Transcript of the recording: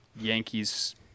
Yankees